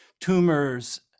tumors